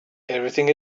everything